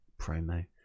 promo